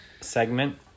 segment